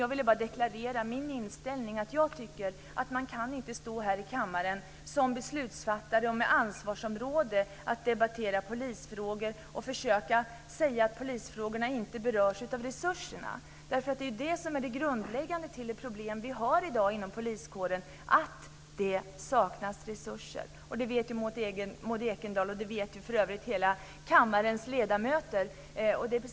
Jag ville bara deklarera min inställning: Man kan inte stå här i kammaren som beslutsfattare med ansvar för att debattera polisfrågor och säga att polisfrågorna inte berörs av resursfrågorna. Det är ju bristen på resurser som är grunden till det problem poliskåren har i dag. Det vet Maud Ekendahl, och det vet för övrigt alla kammarens ledamöter.